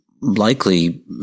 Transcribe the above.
likely